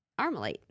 armalite